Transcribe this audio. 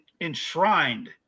enshrined